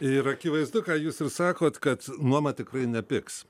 ir akivaizdu ką jūs ir sakot kad nuoma tikrai nepigs